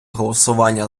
голосування